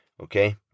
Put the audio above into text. Okay